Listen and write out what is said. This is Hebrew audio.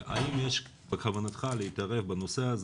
האם בכוונתך להתערב בנושא הזה,